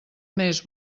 més